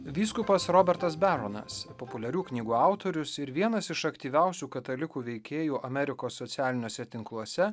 vyskupas robertas beronas populiarių knygų autorius ir vienas iš aktyviausių katalikų veikėjų amerikos socialiniuose tinkluose